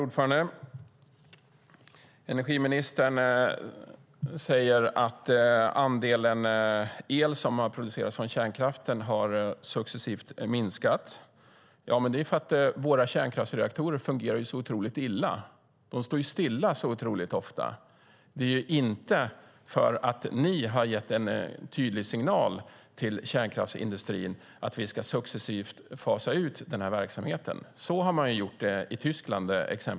Herr talman! Energiministern säger att andelen el som produceras från kärnkraften successivt minskat. Men det beror på att våra kärnkraftsreaktorer fungerar så oerhört illa. De står ofta stilla! Det är inte för att ni, Anna-Karin Hatt, gett en tydlig signal till kärnkraftsindustrin att vi successivt ska fasa ut verksamheten. Så har man gjort i exempelvis Tyskland.